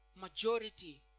majority